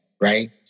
right